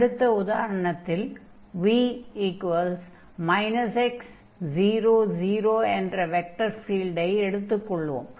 அடுத்த உதாரணத்தில் v x0 0 என்ற வெக்டர் ஃபீல்டை எடுத்துக் கொள்வோம்